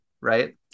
right